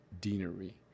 Deanery